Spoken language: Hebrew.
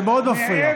זה מאוד מפריע.